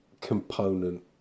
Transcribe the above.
component